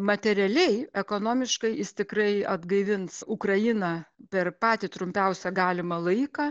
materialiai ekonomiškai jis tikrai atgaivins ukrainą per patį trumpiausią galimą laiką